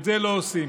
את זה לא עושים.